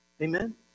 Amen